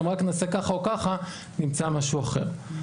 רק נעשה ככה וככה נמצא משהו אחר.